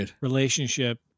relationship